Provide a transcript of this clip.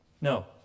No